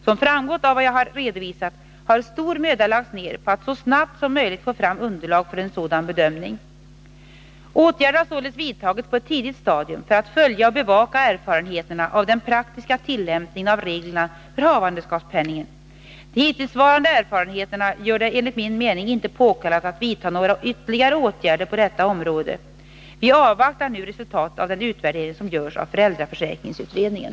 Som framgått av vad jag här redovisat har stor möda lagts ned på att så snabbt som möjligt få fram underlag för en sådan bedömning. Åtgärder har således vidtagits på ett tidigt stadium för att följa och bevaka erfarenheterna av den praktiska tillämpningen av reglerna för havandeskapspenningen. De hittillsvarande erfarenheterna gör det enligt min mening inte påkallat att vidta några ytterligare åtgärder på detta område. Vi avvaktar nu resultatet av den utvärdering som görs av föräldraförsäkringsutredningen.